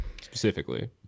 specifically